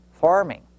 farming